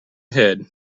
head